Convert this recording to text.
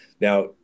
now